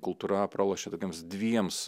kultūra pralošia tokiems dviems